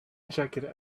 jacket